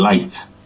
light